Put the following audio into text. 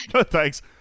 Thanks